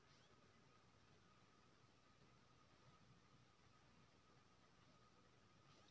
नमी बढ़ला सँ आसपासक क्षेत्र मे क्लाइमेट चेंज सेहो हेबाक डर रहै छै